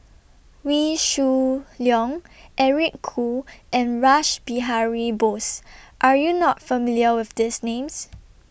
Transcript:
Wee Shoo Leong Eric Khoo and Rash Behari Bose Are YOU not familiar with These Names